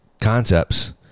concepts